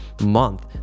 month